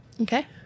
Okay